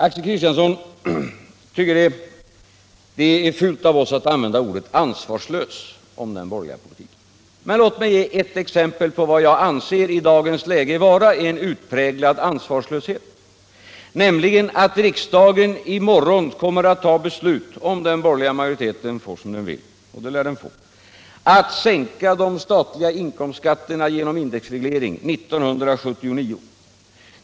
Axel Kristiansson tycker att det är fult av oss att använda ordet ansvarslös om den borgerliga politiken. Men låt mig ge ett exempel på vad jag anser vara en utpräglad ansvarslöshet: Riksdagen kommer i morgon att fatta beslut — om den borgerliga majoriteten får som den vill, och det lär den få — om att sänka de statliga inkomstskatterna genom indexreglering 1979.